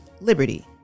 liberty